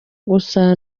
gusa